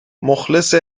مخلص